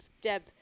Deb